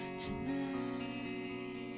tonight